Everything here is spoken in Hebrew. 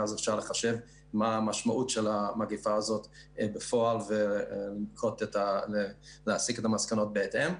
ואז אפשר לחשב מה המשמעות של המגפה הזאת בפועל ולהסיק את המסקנות בהתאם.